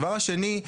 הדבר השני,